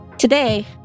Today